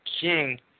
king